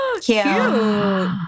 Cute